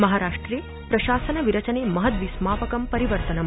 महाराष्ट्रे प्रशासनविरचने महत् विस्मापकम् परिवर्तनम्